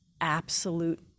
absolute